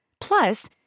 Plus